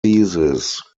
thesis